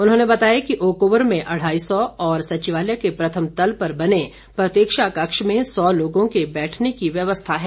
उन्होंने बताया कि ओकओवर में अढ़ाई सौ और सचिवालय के प्रथम तल पर बने प्रतीक्षा कक्ष में सौ लोगों के बैठने की व्यवस्था है